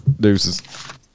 Deuces